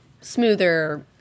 smoother